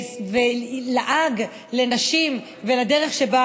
ולעג לנשים ולדרך שבה